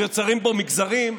מיוצגים בו מגזרים,